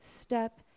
step